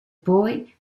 poi